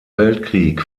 weltkrieg